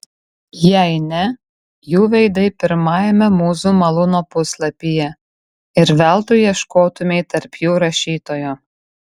jei ne jų veidai pirmajame mūzų malūno puslapyje ir veltui ieškotumei tarp jų rašytojo